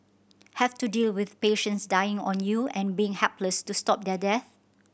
have to deal with patients dying on you and being helpless to stop their deaths